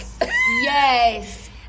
Yes